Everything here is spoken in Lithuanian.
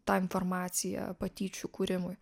tą informaciją patyčių kūrimui